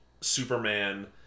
Superman